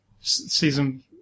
season